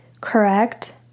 Correct